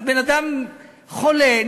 בן-אדם חולה,